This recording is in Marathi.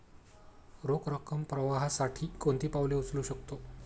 रोख रकम प्रवाहासाठी कोणती पावले उचलू शकतो?